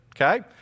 okay